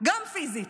גם פיזית.